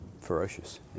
Ferocious